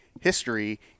history